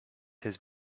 his